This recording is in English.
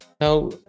now